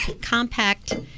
compact